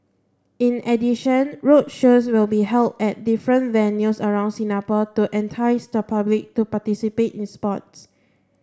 in addition roadshows will be held at different venues around Singapore to entice the public to participate in sports